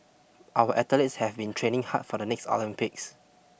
our athletes have been training hard for the next Olympics